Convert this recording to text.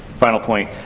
final point.